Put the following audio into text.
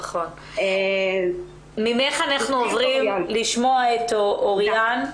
נכון, אנחנו עוברים לשמוע את אוריאן.